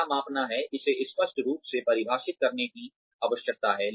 क्या मापना है इसे स्पष्ट रूप से परिभाषित करने की आवश्यकता है